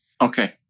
Okay